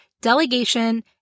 delegation